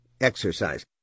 Exercise